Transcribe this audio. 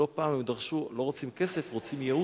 לא פעם הם דרשו: לא רוצים כסף, רוצים ייעוץ.